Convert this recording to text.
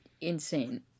insane